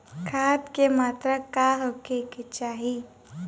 खाध के मात्रा का होखे के चाही?